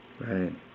Right